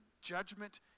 judgment